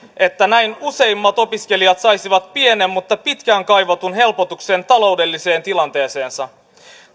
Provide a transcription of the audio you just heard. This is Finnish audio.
että näin useimmat opiskelijat saisivat pienen mutta pitkään kaivatun helpotuksen taloudelliseen tilanteeseensa